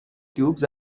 tubes